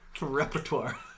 repertoire